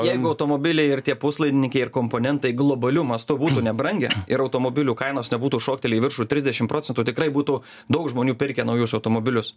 jeigu automobiliai ir tie puslaidininkiai ir komponentai globaliu mastu būtų nebrangę ir automobilių kainos nebūtų šoktelėję į viršų trisdešim procentų tikrai būtų daug žmonių pirkę naujus automobilius